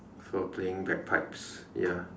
for playing bagpipes ya